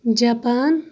Japan